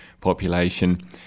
population